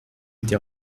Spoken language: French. été